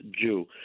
Jew